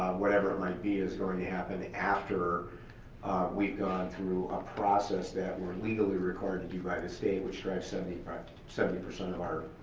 whatever it might be is gonna happen after we've gone through a process that we're legally required to do by the state, which drives seventy seventy percent of our,